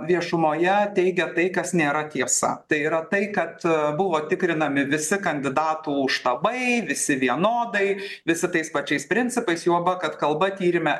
viešumoje teigia tai kas nėra tiesa tai yra tai kad a buvo tikrinami visi kandidatų štabai visi vienodai visi tais pačiais principais juoba kad kalba tyrime